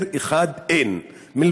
אין ולו היתר אחד, מלבד